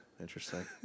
interesting